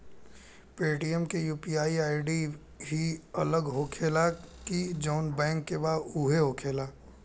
Paytm के UPI ID अलग होखेला की जाऊन बैंक के बा उहे होखेला?